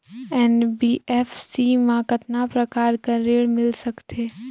NBFC मा कतना प्रकार कर ऋण मिल सकथे?